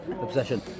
obsession